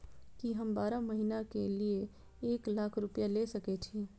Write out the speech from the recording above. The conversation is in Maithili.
की हम बारह महीना के लिए एक लाख रूपया ले सके छी?